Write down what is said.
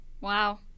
wow